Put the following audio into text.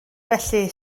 felly